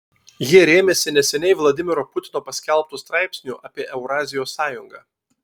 jie rėmėsi neseniai vladimiro putino paskelbtu straipsniu apie eurazijos sąjungą